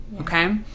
okay